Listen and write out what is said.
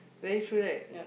very true right